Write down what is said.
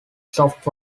soft